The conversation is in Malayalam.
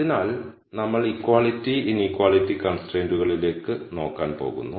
അതിനാൽ നമ്മൾ ഇക്വാളിറ്റി ഇനീക്വാളിറ്റി കൺസ്ട്രൈന്റുകളിലേക്ക് നോക്കാൻ പോകുന്നു